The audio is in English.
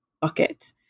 bucket